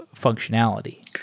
functionality